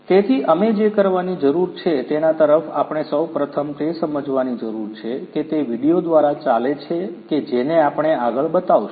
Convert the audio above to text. તેથી અમે જે કરવાની જરૂર છે તેના તરફ આપણે સૌ પ્રથમ તે સમજવાની જરૂર છે કે તે વિડીઓ દ્વારા ચાલે છે કે જેને આપણે આગળ બતાવશું